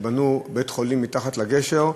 שבנו בית-חולים מתחת לגשר,